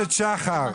הכנסת שחר,